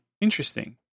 Interesting